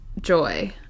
joy